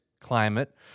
climate